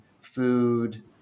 food